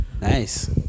Nice